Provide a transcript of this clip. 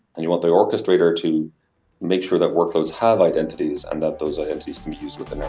and you want their orchestrator to make sure that workloads have identities and that those identities can be used with and